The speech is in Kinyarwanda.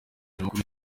nyamukuru